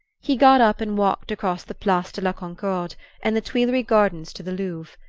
he got up and walked across the place de la concorde and the tuileries gardens to the louvre.